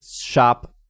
shop